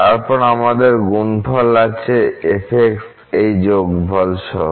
তারপর আমাদেরএর গুণফল আছে f এই যোগফল সহ